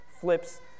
flips